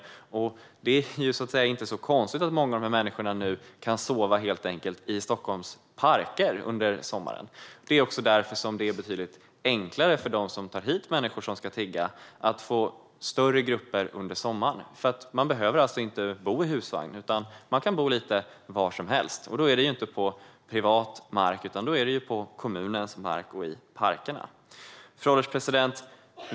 Det är inte så konstigt att många av de här människorna helt enkelt sover i Stockholms parker under sommaren. Det är också därför det är betydligt enklare för dem som tar hit människor som ska tigga att få hit större grupper under sommaren. Man behöver inte bo i husvagn, utan man kan bo lite var som helst. Och då är det inte på privat mark, utan det är på kommunens mark och i parkerna. Fru ålderspresident!